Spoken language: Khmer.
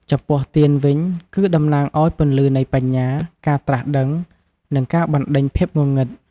ចំពោះទៀនវិញ គឺតំណាងឱ្យពន្លឺនៃបញ្ញា ការត្រាស់ដឹង និងការបណ្ដេញភាពងងឹត។